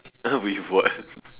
!huh! with what